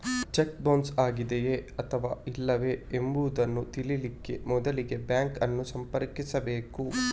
check bounce ಆಗಿದೆಯೇ ಅಥವಾ ಇಲ್ಲವೇ ಎಂಬುದನ್ನ ತಿಳೀಲಿಕ್ಕೆ ಮೊದ್ಲಿಗೆ ಬ್ಯಾಂಕ್ ಅನ್ನು ಸಂಪರ್ಕಿಸ್ಬೇಕು